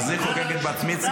אז היא חוגגת בת מצווה.